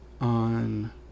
on